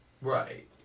right